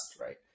right